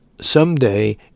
someday